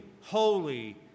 holy